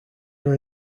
are